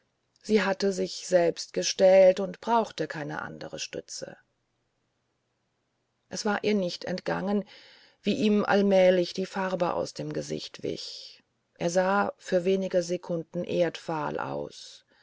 sie hatte sich selbst gestählt und brauchte keine andere stütze es war ihr nicht entgangen wie ihm allmählich die farbe aus dem gesicht wich er sah für wenige sekunden erdfahl aus